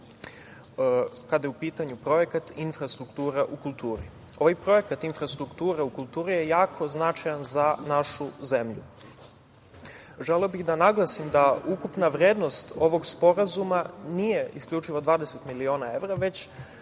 kada je u pitanju projekat infrastruktura u kulturi. Ovaj projekat infrastruktura u kulturi je jako značajan za našu zemlju. Želeo bih da naglasim da ukupna vrednost ovog Sporazuma nije isključivo 20 miliona evra, već